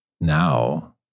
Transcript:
now